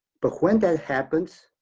but when that happens,